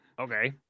okay